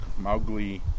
Mowgli